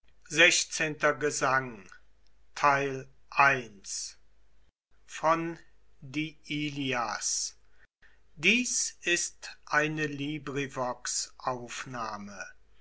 schlachtblut dies ist dir